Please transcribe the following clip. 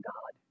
God